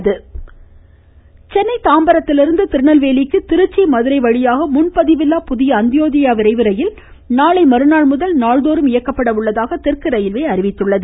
ம் ம் ம் ம் ம ரயில் சென்னை தாம்பரத்திலிருந்து திருநெல்வேலிக்கு திருச்சி மதுரை வழியாக முன்பதிவில்லா புதிய அந்யோத்யா விரைவு ரயில் நாளை மறுநாள்முதல் நாள்தோறும் இயக்கப்பட உள்ளதாக தெற்கு ரயில்வே அறிவித்துள்ளது